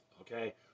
okay